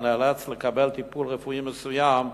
הנאלץ לקבל טיפול רפואי מסוים,